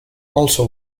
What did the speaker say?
also